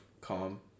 calm